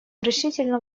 решительно